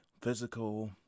physical